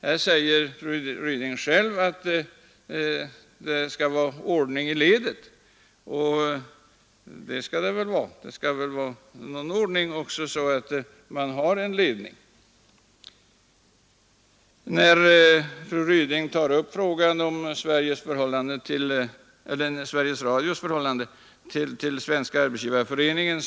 Här säger fru Ryding själv att det skall vara ordning i ledet — och det skall det naturligtvis vara — men det skall väl också vara ordning på det sättet att det finns en ledning. Fru Ryding tar upp frågan om Sveriges Radios förhållande till Svenska arbetsgivareföreningen.